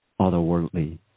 otherworldly